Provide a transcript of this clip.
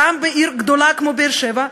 גם בעיר גדולה כמו באר-שבע,